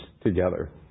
together